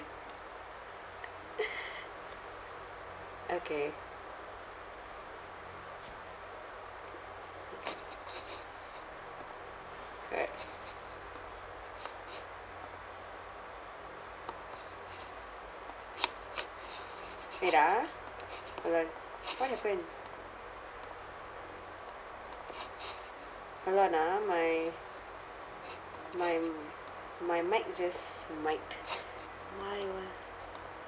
okay correct wait ah hold on what happened hold on ah my my my mic just might my wha~